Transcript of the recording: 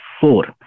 four